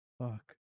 fuck